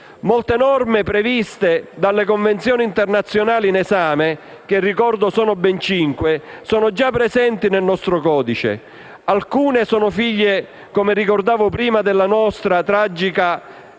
Molte nome previste dalle convenzioni internazionali in esame, che ricordo sono ben cinque, sono già presenti nel nostro codice. Alcune sono figlie, come ricordavo prima, della nostra tragica